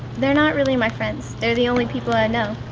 they're not really my friends. they're the only people i know.